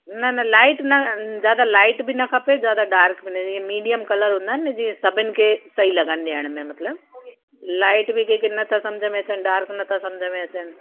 न न लाइट न ज़्यादा लाइट बि न खपे ज़्यादा डार्क बि न ईअं मीडियम कलर हूंदा आहिनि न जीअं सभिनि खे सही लॻनि ॾियण में मतलब लाइट बि कंहिंखे नथा सम्झ में अचनि डार्क नथा सम्झ में अचनि